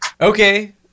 Okay